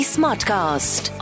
Smartcast